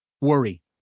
worry